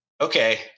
okay